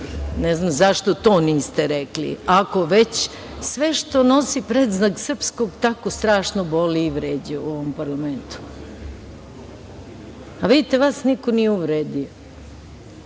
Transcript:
Ne znam zašto to niste rekli, ako već sve što nosi predznak srpskog tako strašno boli i vređa u ovom parlamentu. Vidite, vas niko nije uvredio.